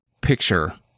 picture